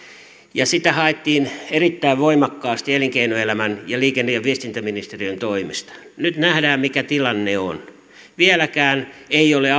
ja sitä haettiin erittäin voimakkaasti elinkeinoelämän ja liikenne ja ja viestintäministeriön toimesta nyt nähdään mikä tilanne on vieläkään ei ole